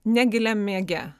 negiliam miege